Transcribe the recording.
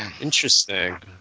Interesting